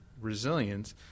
resilience